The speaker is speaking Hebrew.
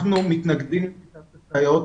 אנחנו מתנגדים לשיטת הסייעות,